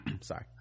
Sorry